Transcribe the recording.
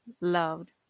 loved